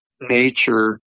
nature